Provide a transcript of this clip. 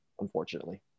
unfortunately